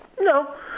No